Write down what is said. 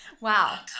Wow